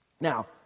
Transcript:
Now